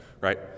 right